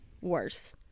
worse